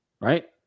right